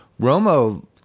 Romo